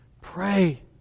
Pray